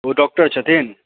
ओ doctor छथिन